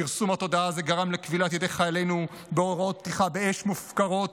כרסום התודעה הזה גרם לכבילת ידי חיילנו בהוראות פתיחה באש מופקרות